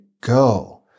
go